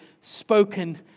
spoken